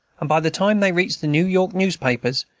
and by the time they reached the new york newspapers,